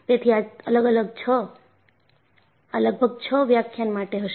તેથી આ લગભગ છ વ્યાખ્યાન માટે હશે